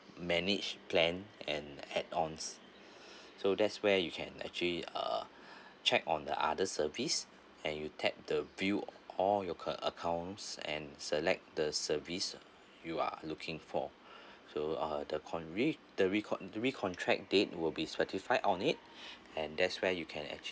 manage plan and add ons so there's where you can actually uh check on the other service and you tap the view all your cur~ accounts and select the service you are looking for so uh the corn~ red~ the recon~ the recontract date will be specifed on it and there's where you can actual~